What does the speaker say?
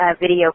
video